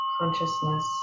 consciousness